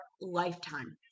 lifetime